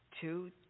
two